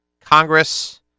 Congress